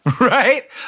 Right